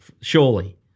Surely